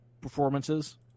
performances